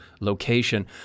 location